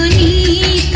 e